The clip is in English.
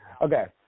Okay